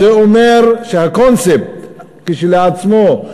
זה אומר שהקונספט כשלעצמו,